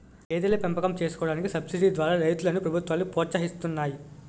గేదెల పెంపకం చేసుకోడానికి సబసిడీ ద్వారా రైతులను ప్రభుత్వాలు ప్రోత్సహిస్తున్నాయి